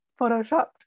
Photoshopped